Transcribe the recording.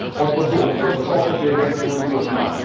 or for those who have property against those who have none.